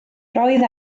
roedd